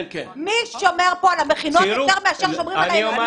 מי שומר פה על המכינות יותר מאשר על הילדים?